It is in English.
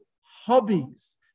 hobbies